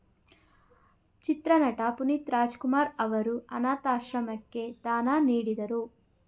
ಚಿತ್ರನಟ ಪುನೀತ್ ರಾಜಕುಮಾರ್ ಅವರು ಅನಾಥಾಶ್ರಮಕ್ಕೆ ದಾನ ನೀಡಿದರು